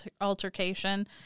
altercation